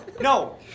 no